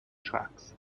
tracks